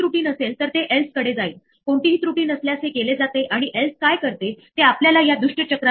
दुसरीकडे ही एरर कुठे उद्भवली हे सांगणारी काही निदान विषयक माहिती सुद्धा आपल्याला सांगते